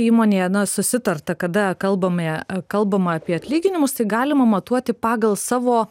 įmonėje na susitarta kada kalbame kalbama apie atlyginimus tai galima matuoti pagal savo